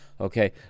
Okay